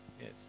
Yes